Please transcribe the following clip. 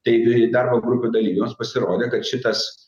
tai darbo grupių dalyviams pasirodė kad šitas